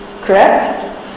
Correct